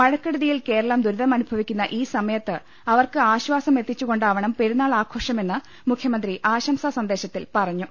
മഴക്കെടുതിയിൽ കേരളം ദുരിതമനുഭവിക്കുന്ന ഈ സമയത്ത് അവർക്ക് ആശ്ചാസം എത്തി ച്ചുകൊണ്ടാവണം പെരുന്നാൾ ആഘോഷമെന്ന് മുഖ്യമന്ത്രി ആശംസാ സന്ദേ ശത്തിൽ പറഞ്ഞു